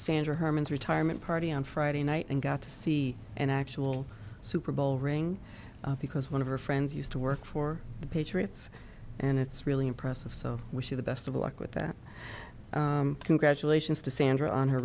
santa herman's retirement party on friday night and got to see an actual super bowl ring because one of her friends used to work for the patriots and it's really impressive so wish you the best of luck with that congratulations to sandra on her